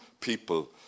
people